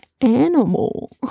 animal